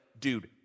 dude